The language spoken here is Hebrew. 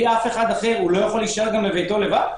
הוא לא יכול להישאר בביתו לבד?